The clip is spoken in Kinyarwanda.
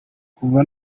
kuva